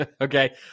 Okay